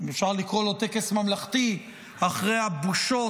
אם אפשר לקרוא לו טקס ממלכתי אחרי הבושות